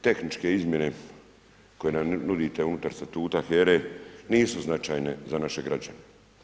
Tehničke izmjene koje nam nudite unutar Statuta HERA-e nisu značajne za naše građane.